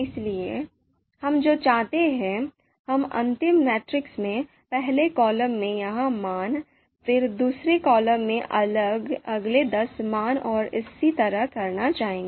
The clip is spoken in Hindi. इसलिए हम जो चाहते हैं हम अंतिम मैट्रिक्स में पहले कॉलम में ये मान फिर दूसरे कॉलम में अगले दस मान और इसी तरह करना चाहेंगे